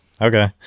Okay